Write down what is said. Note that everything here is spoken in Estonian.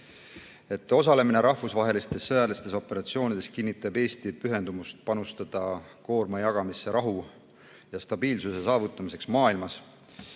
ülevaate. Rahvusvahelistes sõjalistes operatsioonides osalemine kinnitab Eesti pühendumust panustada koorma jagamisse rahu ja stabiilsuse saavutamiseks maailmas.